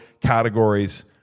categories